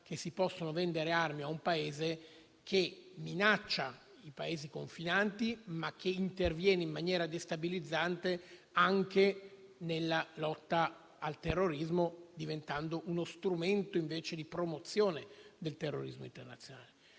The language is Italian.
cui si possono vendere armi a un Paese che minaccia i Paesi confinanti e che interviene in maniera destabilizzante anche nella lotta al terrorismo, diventando uno strumento invece di promozione del terrorismo internazionale.